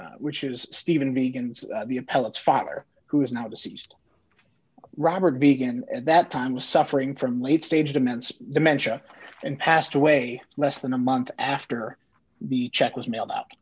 n which is stephen begins the pellets father who is not deceased robert began at that time was suffering from late stage demands dementia and passed away less than a month after the check was mailed